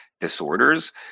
disorders